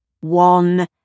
One